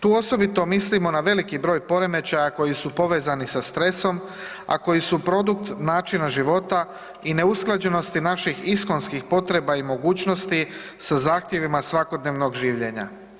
Tu osobito mislimo na veliki broj poremećaja koji su povezani sa stresom, a koji su produkt načina života i neusklađenosti naših iskonskih potreba i mogućnosti sa zahtjevima svakodnevnog življenja.